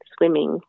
Swimming